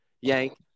Yank